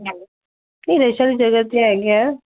ते रश आह्ली जगह ते है गै ऐ